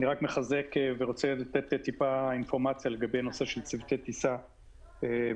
אני רק מחזק ורוצה לתת טיפה אינפורמציה לגבי נושא של צוותי טיסה בחו"ל,